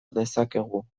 dezakegu